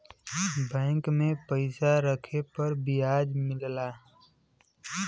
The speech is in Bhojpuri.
बैंक में पइसा रखे पर बियाज मिलला